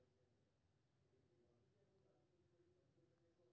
वित्तीय इंजीनियरिंग मौजूदा वित्तीय समस्या कें निपटारा करै छै